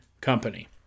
Company